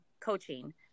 coaching